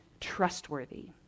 trustworthy